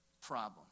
problem